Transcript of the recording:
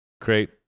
Great